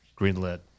greenlit